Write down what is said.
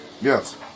Yes